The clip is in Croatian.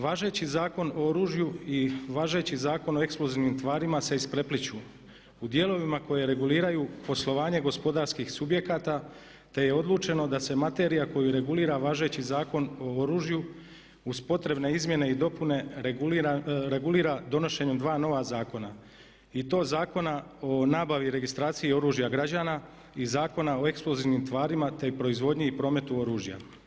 Važeći Zakon o oružju i važeći Zakon o eksplozivnim tvarima se isprepliću u dijelovima koji reguliraju poslovanje gospodarskih subjekata te je odlučeno da se materija koju regulira važeći Zakon o oružju uz potrebne izmjene i dopune regulira donošenjem dva nova zakona i to Zakona o nabavi i registraciji oružja građana i Zakona o eksplozivnim tvarima te proizvodnji i prometu oružja.